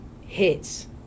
hits